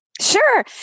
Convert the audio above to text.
Sure